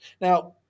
Now